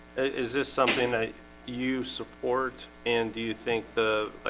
is this something that you support and do you think the